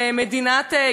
אחינו ואחיותינו,